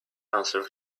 answer